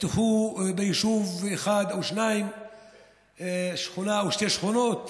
נפתחו ביישוב אחד או שניים שכונה או שתי שכונות,